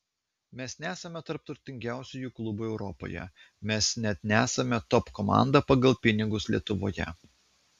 mes nesame tarp turtingiausių klubų europoje mes net nesame top komanda pagal pinigus lietuvoje